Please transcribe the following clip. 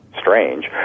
strange